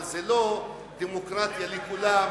זה לא דמוקרטיה לכולם,